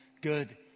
Good